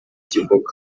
kivuga